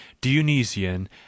Dionysian